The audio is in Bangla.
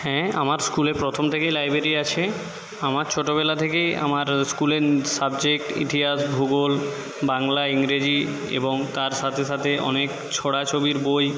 হ্যাঁ আমার স্কুলে প্রথম থেকেই লাইব্রেরি আছে আমার ছোটোবেলা থেকেই আমার স্কুলের সাবজেক্ট ইতিহাস ভূগোল বাংলা ইংরেজি এবং তার সাথে সাথে অনেক ছড়া ছবির বই